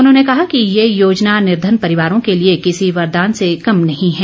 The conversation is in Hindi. उन्होंने कहा कि ये योजना निर्धन परिवारों के लिए किसी वरदान से कम नहीं है